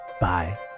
Bye